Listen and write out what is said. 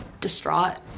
distraught